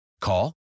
Call